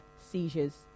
seizures